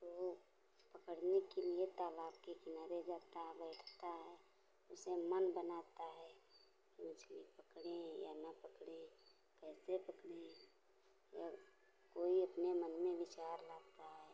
तो वो पकड़ने के लिए तालाब के किनारे जाता बैठता है इसे मन बनाता है बीच में पकड़ें या ना पकड़ें कैसे पकड़ें और कोई अपना मन में विचार लाता है